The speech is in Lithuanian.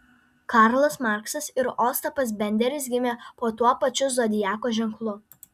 karlas marksas ir ostapas benderis gimė po tuo pačiu zodiako ženklu